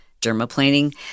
dermaplaning